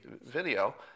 video